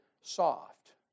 soft